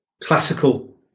classical